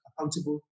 accountable